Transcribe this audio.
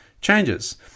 changes